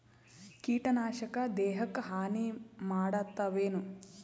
ಕೀಟನಾಶಕ ದೇಹಕ್ಕ ಹಾನಿ ಮಾಡತವೇನು?